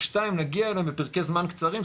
ושתיים להגיע אליהם בפרקי זמן קצרים,